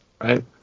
Right